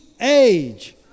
age